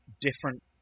different